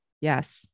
Yes